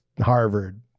Harvard